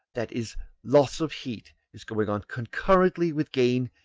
that is loss of heat, is going on concurrently with gain,